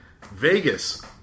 Vegas